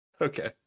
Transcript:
okay